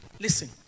Listen